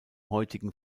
heutigen